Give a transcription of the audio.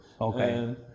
Okay